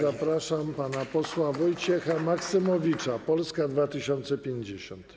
Zapraszam pana posła Wojciecha Maksymowicza, Polska 2050.